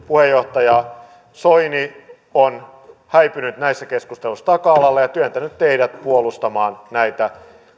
puheenjohtaja soini on häipynyt näissä keskusteluissa taka alalle ja työntänyt teidät puolustamaan näitä